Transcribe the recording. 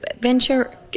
venture